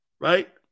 Right